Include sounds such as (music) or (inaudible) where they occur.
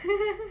(laughs)